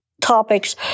topics